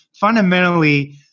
fundamentally